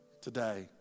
today